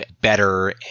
better